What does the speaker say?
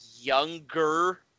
younger